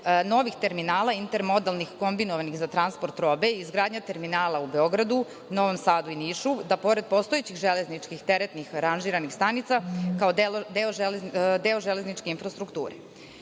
novih terminala intermodalnih kombinovanih za transport robe, izgradnja terminala u Beogradu, Novom Sadu i Nišu, da pored postojećih železničkih teretnih aranžiranih stanica kao deo železničke infrastrukture.Za